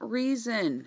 reason